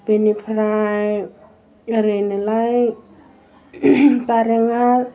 बेनिफ्राइ ओरैनोलाय